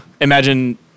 Imagine